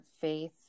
faith